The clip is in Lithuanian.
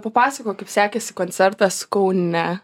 papasakok kaip sekėsi koncertas kaune